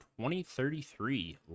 2033